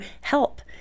help